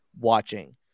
watching